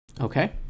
okay